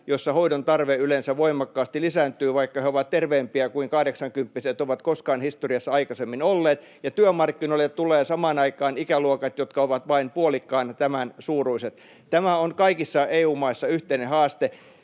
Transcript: jossa hoidon tarve yleensä voimakkaasti lisääntyy, vaikka he ovat terveempiä kuin kahdeksankymppiset ovat koskaan historiassa aikaisemmin olleet, ja työmarkkinoille tulevat samaan aikaan ikäluokat, jotka ovat vain puoliksi tämän suuruiset. Tämä on kaikissa EU-maissa yhteinen haaste.